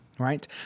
right